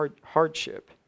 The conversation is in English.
hardship